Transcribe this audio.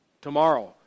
Tomorrow